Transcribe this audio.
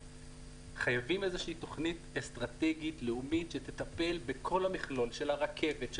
חייבים איזושהי תוכנית אסטרטגית לאומית שתטפל בכל המכלול הרכבת,